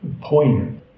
poignant